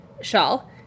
shawl